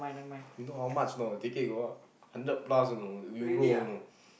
you know how much or not ticket go up hundred plus you know Euro you know